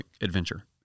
adventure